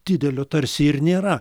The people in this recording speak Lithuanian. didelio tarsi ir nėra